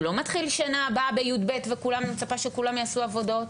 הוא לא מתחיל שנה הבאה בי"ב ואני מצפה שכולם יעשו עבודות,